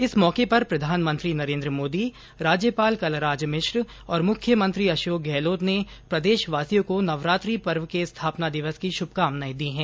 इस मौके पर प्रधानमंत्री नरेंद्र मोदी राज्यपाल कलराज मिश्र और मुख्यमंत्री अशोक गहलोत ने प्रदेशवासियों को नवरात्रि पर्व के स्थापना दिवस की शुभकामनाएं दी हैं